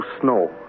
snow